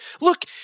Look